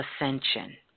ascension